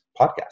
Podcast